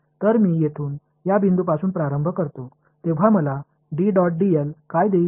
तर मी येथून या बिंदूपासून प्रारंभ करतो तेव्हा मला काय देईल